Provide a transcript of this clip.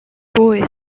bowie